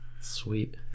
Sweet